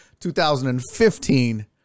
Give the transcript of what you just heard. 2015